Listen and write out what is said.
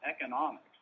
economics